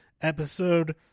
episode